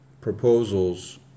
proposals